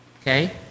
Okay